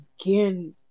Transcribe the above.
again